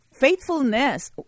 faithfulness